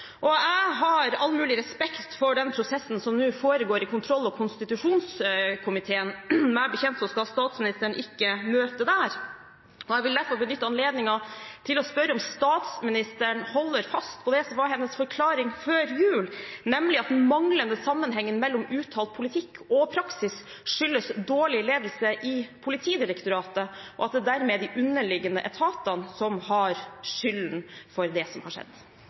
Jeg har all mulig respekt for den prosessen som nå foregår i kontroll- og konstitusjonskomiteen. Meg bekjent skal statsministeren ikke møte der, og jeg vil derfor benytte anledningen til å spørre om statsministeren holder fast på det som var hennes forklaring før jul, nemlig at den manglende sammenhengen mellom uttalt politikk og praksis skyldtes dårlig ledelse i Politidirektoratet, og at det dermed er de underliggende etatene som har skylden for det som har skjedd.